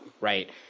right